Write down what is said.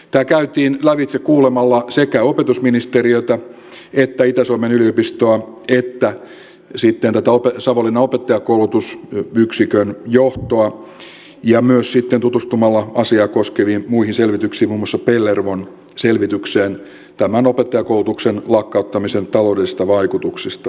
tämä käytiin lävitse kuulemalla sekä opetusministeriötä että itä suomen yliopistoa että sitten tätä savonlinnan opettajankoulutusyksikön johtoa ja myös sitten tutustumalla asiaa koskeviin muihin selvityksiin muun muassa pellervon selvitykseen tämän opettajankoulutuksen lakkauttamisen taloudellisista vaikutuksista